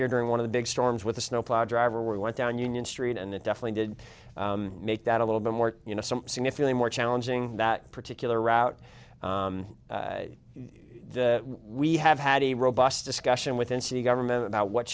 year during one of the big storms with a snowplow driver we went down union street and it definitely did make that a little bit more you know some significantly more challenging that particular route we have had a robust discussion within city government about what